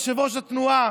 יושב-ראש התנועה,